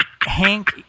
Hank